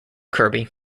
kirby